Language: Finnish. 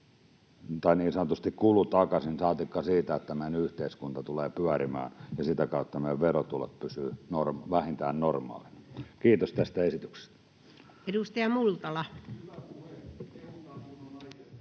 tulee niin sanotusti kulu takaisin, saatikka se, että meidän yhteiskunta tulee pyörimään ja sitä kautta meidän verotulot pysyvät vähintään normaaleina. — Kiitos tästä esityksestä. [Jukka Gustafsson: